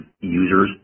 users